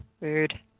Weird